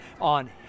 on